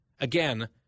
Again